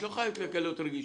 את לא חייבת לגלות רגישות.